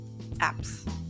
apps